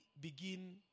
begin